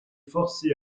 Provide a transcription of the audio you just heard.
forcé